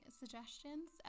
suggestions